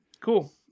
Cool